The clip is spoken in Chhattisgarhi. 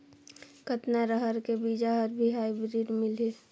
कतना रहर के बीजा हर भी हाईब्रिड मिलही?